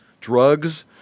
drugs